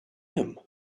him